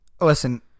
Listen